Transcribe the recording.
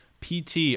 PT